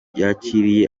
yakiriye